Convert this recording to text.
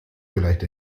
vielleicht